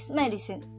medicine